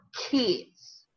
kids